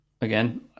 again